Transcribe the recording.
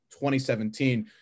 2017